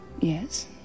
Yes